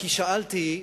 כי שאלתי,